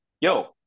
yo